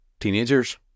Teenagers